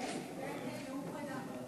נאום פרידה.